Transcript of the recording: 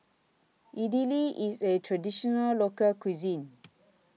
Idili IS A Traditional Local Cuisine